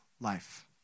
life